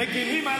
מגינים על